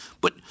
But